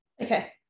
Okay